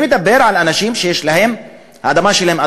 אני מדבר על אנשים שיש להם אדמה שלהם,